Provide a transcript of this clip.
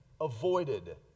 avoided